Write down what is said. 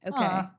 Okay